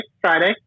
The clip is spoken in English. Friday